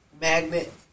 Magnet